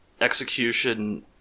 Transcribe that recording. execution